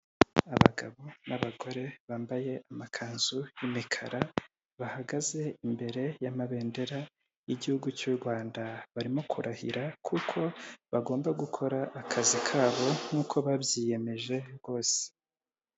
Abagabo n'abagore bambaye amakanzu y'imikara bahagaze imbere y'amabendera y'igihugu cy'u Rwanda barimo kurahira kuko bagomba gukora akazi kabo nk'uko babyiyemeje rwose.